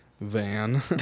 van